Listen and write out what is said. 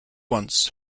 ones